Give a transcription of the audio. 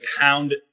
pound